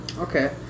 okay